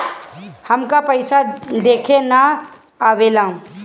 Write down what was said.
हमका पइसा देखे ना आवेला?